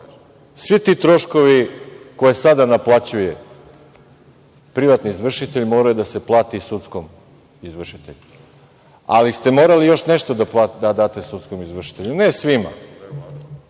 svi ti troškovi koje sada naplaćuje privatni izvršitelj, mora da se plati sudskom izvršitelju, ali ste morali još nešto da date sudskom izvršitelju, ne svima.